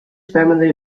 family